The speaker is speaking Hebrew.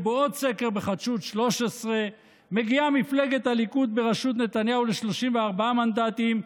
ובעוד סקר בחדשות 13 מגיעה מפלגת הליכוד בראשות נתניהו ל-34 מנדטים,